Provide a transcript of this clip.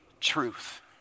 truth